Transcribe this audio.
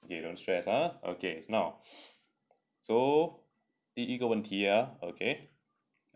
okay don't stress ah okay now so 第一个问题 ah okay